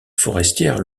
forestière